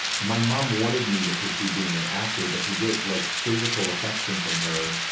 my mom wanted me to pursue being an actor. but to get like physical affection from her,